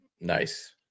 Nice